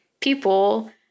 people